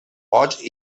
pots